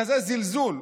בכזה זלזול,